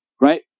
Right